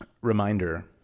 reminder